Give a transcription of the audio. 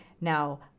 Now